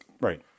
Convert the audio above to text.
Right